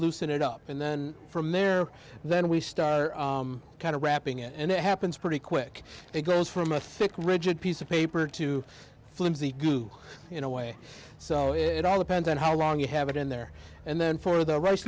loosen it up and then from there then we start kind of wrapping it and it happens pretty quick it goes from a thick rigid piece of paper to flimsy goo in a way so it all depends on how long you have it in there and then for the r